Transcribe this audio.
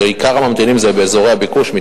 שעיקר הממתינים הם באזורי הביקוש,